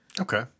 Okay